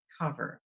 cover